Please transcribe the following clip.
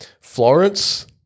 Florence